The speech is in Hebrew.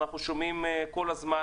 אנחנו שומעים כל הזמן,